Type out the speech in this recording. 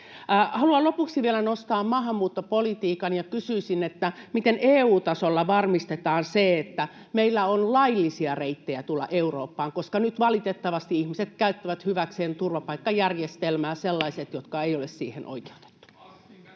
Haluan lopuksi vielä nostaa maahanmuuttopolitiikan ja kysyisin: miten EU-tasolla varmistetaan se, että meillä on laillisia reittejä tulla Eurooppaan? Nyt valitettavasti turvapaikkajärjestelmää käyttävät hyväkseen sellaiset ihmiset,